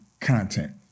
content